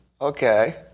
okay